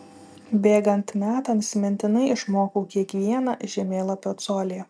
bėgant metams mintinai išmokau kiekvieną žemėlapio colį